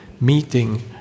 meeting